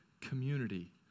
community